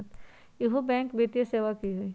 इहु बैंक वित्तीय सेवा की होई?